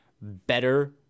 better